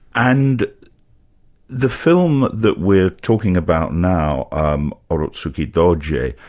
and the film that we're talking about now, um ah urotsukidoji,